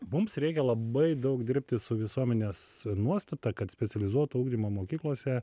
mums reikia labai daug dirbti su visuomenės nuostata kad specializuoto ugdymo mokyklose